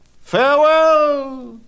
Farewell